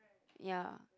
ya